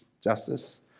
justice